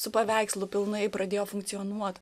su paveikslu pilnai pradėjo funkcionuot